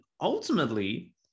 ultimately